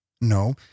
No